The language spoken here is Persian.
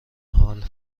حال